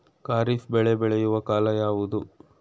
ಖಾರಿಫ್ ಬೆಳೆ ಬೆಳೆಯುವ ಕಾಲ ಯಾವುದು?